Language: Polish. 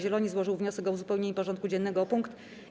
Zieloni złożył wniosek o uzupełnienie porządku dziennego o punkt: